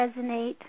resonate